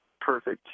perfect